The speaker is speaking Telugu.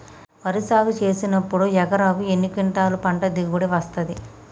వరి సాగు చేసినప్పుడు ఎకరాకు ఎన్ని క్వింటాలు పంట దిగుబడి వస్తది?